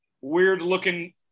weird-looking